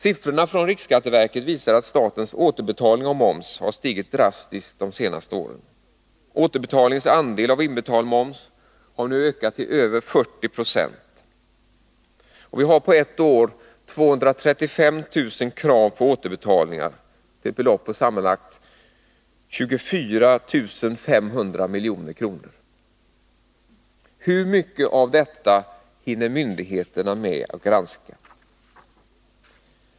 Siffrorna från riksskatteverket visar att statens återbetalning av moms har stigit drastiskt de senaste åren. Återbetalningens andel av inbetald moms har nu ökat till över 40 96. Vi har på ett år 235 000 krav på återbetalningar till ett belopp på sammanlagt 24500 milj.kr. Hur mycket av detta hinner myndigheterna med att granska?